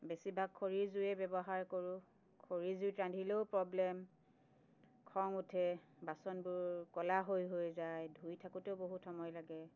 বেছিভাগ খৰি জুইয়ে ব্যৱহাৰ কৰোঁ খৰি জুইত ৰান্ধিলেও প্ৰব্লেম খং উঠে বাচনবোৰ কলা হৈ হৈ যায় ধুই থাকোঁতেও বহুত সময় লাগে